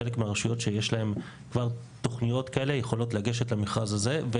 חלק מהרשויות שכבר יש להן תוכניות כאלה יכולות לגשת למכרז הזה.